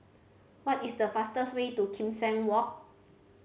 what is the fastest way to Kim Seng Walk